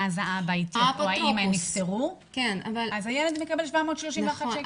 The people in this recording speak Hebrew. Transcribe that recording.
ואז האבא או האימא נפטרו, אז הילד מקבל 731 שקל.